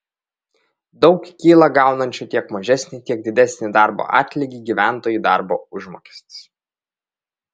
daug kyla gaunančių tiek mažesnį tiek didesnį darbo atlygį gyventojų darbo užmokestis